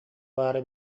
баара